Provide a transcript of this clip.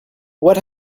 what